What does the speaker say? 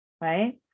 Right